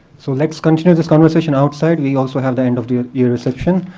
so let's continue this conversation outside. we also have the end of the yeah reception.